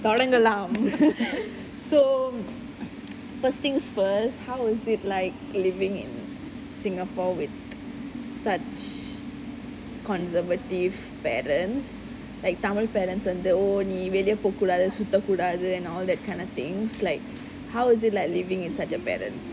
தொடங்கலாம்:thodangalaam so first things first how is it like living in singapore with such conservative parents like tamil parents and the whole நீ வெளிய போ கூடாது சுத்த கூடாது:nee veliya po kudaathu sutha kudaathu and all that kind of things like how is it like living in such a balance